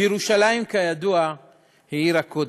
וירושלים היא כידוע עיר הקודש,